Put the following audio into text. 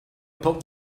put